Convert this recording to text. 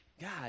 God